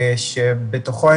שלום לכולן